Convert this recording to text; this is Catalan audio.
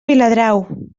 viladrau